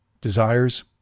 desires